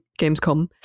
Gamescom